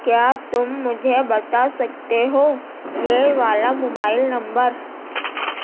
کیا تم مجھے بتا سکتے ہو یہ والا موبائل نمبر